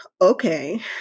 okay